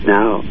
Now